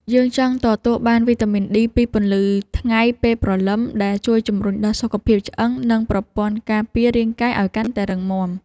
យើងចង់ទទួលបានវីតាមីនឌី ពីពន្លឺថ្ងៃពេលព្រលឹម ដែលជួយជម្រុញដល់សុខភាពឆ្អឹង និងប្រព័ន្ធការពាររាងកាយឱ្យកាន់តែរឹងមាំ។